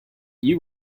you